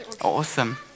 Awesome